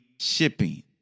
shipping